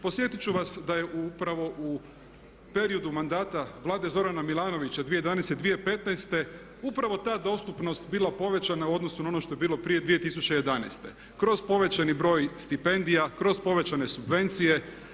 Podsjetiti ću vas da je upravo u periodu mandata Vlade Zorana Milanovića 2011., 2015. upravo ta dostupnost bila povećana u odnosu na ono što je bilo prije 2011. kroz povećani broj stipendija, kroz povećane subvencije.